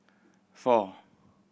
four